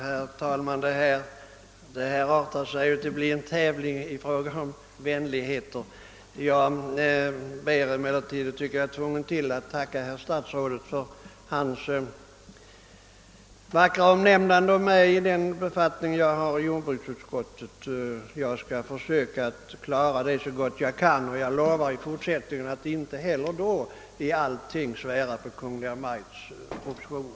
Herr talman! Detta artar sig till att bli en tävling i fråga om vänligheter. Jag tycker emellertid att jag bör tacka statsrådet för hans vackra omnämnande av mig i min egenskap av ordförande i jordbruksutskottet. Jag skall försöka klara den befattningen så gott jag kan, och jag lovar att inte heller i fortsättningen alltid slå vakt om Kungl. Maj:ts propositioner.